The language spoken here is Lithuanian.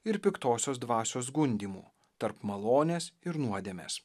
ir piktosios dvasios gundymų tarp malonės ir nuodėmės